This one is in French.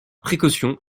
précaution